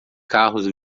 carros